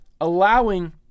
allowing